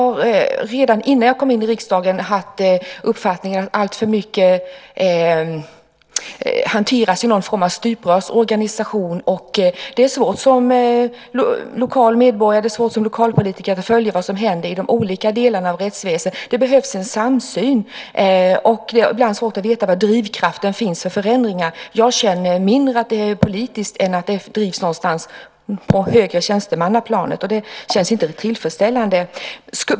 Redan innan jag kom in i riksdagen hade jag uppfattningen att alltför mycket hanteras i någon form av stuprörsorganisation, vilket gör det svårt att som vanlig medborgare och lokalpolitiker följa med i vad som händer i de olika delarna av rättsväsendet. Här behövs en samsyn då det ibland är svårt att veta var drivkraften för förändringar finns. Jag känner att det mindre är fråga om politisk drivkraft; i stället finns drivkraften på något högre tjänstemannaplan. Det känns naturligtvis inte tillfredsställande.